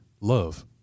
love